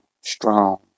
strong